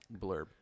blurb